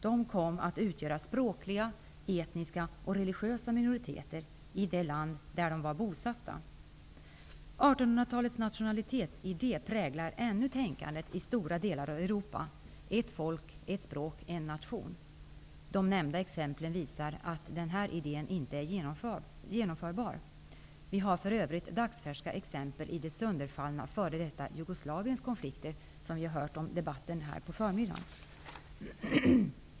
De kom att utgöra språkliga, etniska och religiösa minoriteter i det land som de var bosatta i. 1800-talets nationalitetsidé präglar ännu tänkandet i stora delar av Europa -- ''ett folk, ett språk, en nation''. Nämnda exempel visar att den här idén inte är genomförbar. För övrigt ser vi dagsfärska exempel i det sönderfallna f.d. Jugoslaviens konflikter, som vi har hört en dabatt om här på förmiddagen.